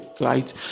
right